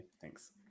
Thanks